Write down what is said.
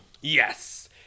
Yes